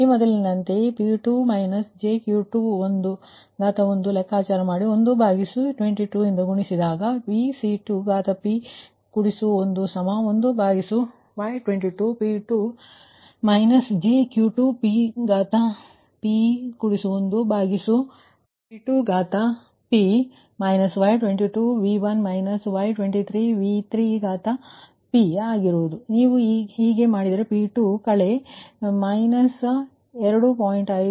ಈಗ ಮೊದಲಿನಂತೆಯೇ P2 − jQ21 ಲೆಕ್ಕಾಚಾರ ಮಾಡಿ1Y22 ರಿಂದ ಗುಣಿಸಿದಾಗ ಆದ್ದರಿಂದ ನೀವು ಹಾಗೆ ಮಾಡಿದರೆ P2 ಕಳೆ P2 −2